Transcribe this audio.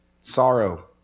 sorrow